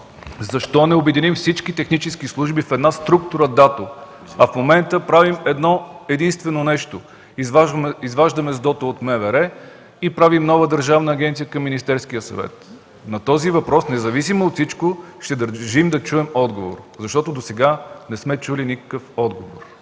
защо не обединим всичките технически служби в една структура ДАТО, а в момента правим едно-единствено нещо – изваждаме СДОТО от МВР и правим нова държавна агенция към Министерския съвет? На този въпрос, независимо от всичко, ще държим да чуем отговор, защото досега не сме чули никакъв отговор.